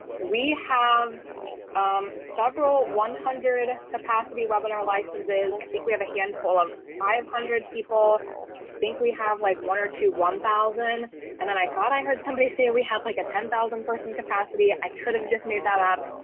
we have several one hundred capacity webinar licenses. i think we have a handful of five hundred people think we have like one or two one thousand and then i thought i heard somebody say we have like a ten thousand person capacity. i could have just made that up.